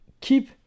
keep